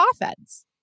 offense